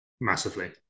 Massively